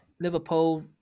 Liverpool